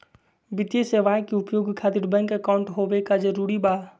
वित्तीय सेवाएं के उपयोग खातिर बैंक अकाउंट होबे का जरूरी बा?